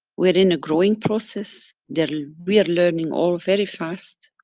we're in a growing process, there. we are learning all very fast